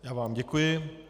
Já vám děkuji.